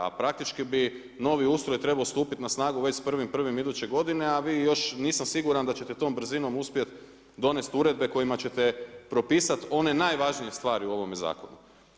A praktički bi novi ustroj trebao stupiti na snagu već s 1.1. iduće godine, a vi još nisam siguran da ćete tom brzinom uspjeti donijeti uredbe kojima ćete propisati one najvažnije stvari u ovome Zakonu.